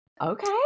Okay